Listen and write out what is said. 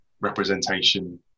representation